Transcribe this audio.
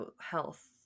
health